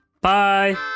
Bye